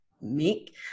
make